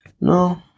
No